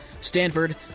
Stanford